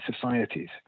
societies